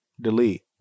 Delete